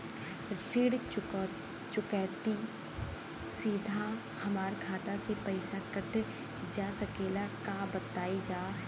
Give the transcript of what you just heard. ऋण चुकौती सीधा हमार खाता से पैसा कटल जा सकेला का बताई जा?